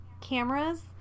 cameras